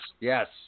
Yes